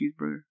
cheeseburger